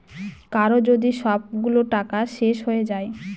কারো যদি সবগুলো টাকা শেষ হয়ে যায়